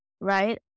right